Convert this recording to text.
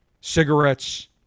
cigarettes